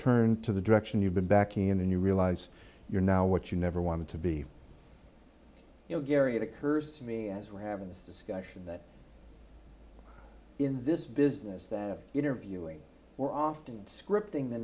turn to the direction you've been back in and you realise you're now what you never want to be you know gary it occurs to me as we're having this discussion that in this business that interviewing we're often scripting the